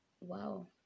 Wow